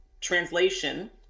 translation